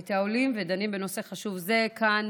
את העולים, ודנים בנושא חשוב זה כאן